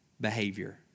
behavior